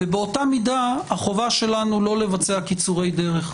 ובאותה מידה החובה שלנו לא לבצע קיצורי דרך.